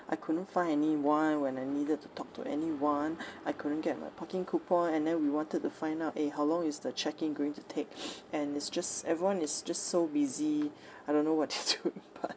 I couldn't find anyone when I needed to talk to anyone I couldn't get my parking coupon and then we wanted to find out eh how long is the check in going to take and it's just everyone is just so busy I don't know what they're doing but